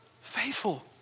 faithful